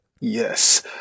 Yes